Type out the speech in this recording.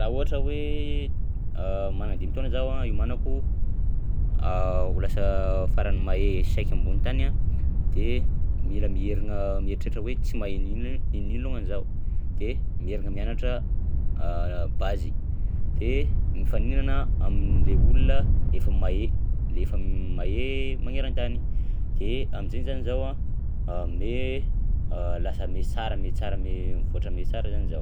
Raha ohatra hoe managna dimy taona zaho hiomanako ho lasa faran'ny mahay échec ambony tany a de mila miherigna mieritreritra hoe tsy mahay n'ino ino ino longany izaho de miherigna mianatra base de mifanina am'le olona efa mahay le efa mahay magneran-tany de am'zainy zany zaho a me- lasa mihassara mihatsara mihamivoatra mihatsara zany zaho.